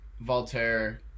Voltaire